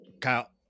Kyle